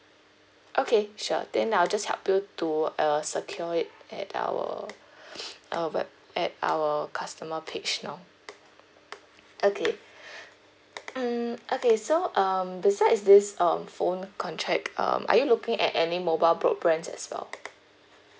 okay sure then I'll just help you to uh secure it at our uh web at our customer page now okay mm okay so um besides this um phone contract um are you looking at any mobile broadbands as well